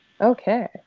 okay